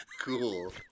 cool